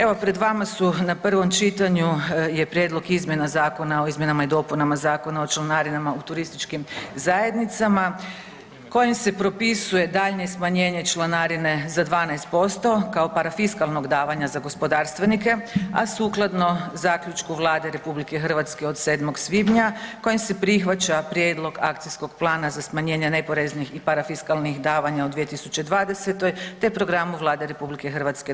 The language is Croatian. Evo pred vama su na prvom čitanju je Prijedlog izmjena Zakona o izmjenama i dopunama Zakona o članarinama u turističkim zajednicama kojim se propisuje daljnje smanjenje članarine za 12% kao parafiskalnog nameta za gospodarstvenike, a sukladno zaključku Vlade RH od 7. svibnja kojim se prihvaća prijedlog Akcijskog plana za smanjenje neporeznih i parafiskalnih davanja u 2020. te Programu Vlade RH